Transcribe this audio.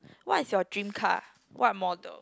what is your dream car what model